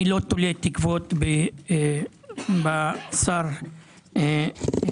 איני תולה תקוות בשר המשטרה,